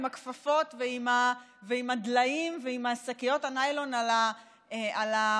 עם הכפפות ועם הדליים ועם שקיות הניילון על הנעליים,